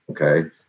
Okay